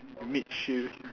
meat shield